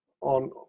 on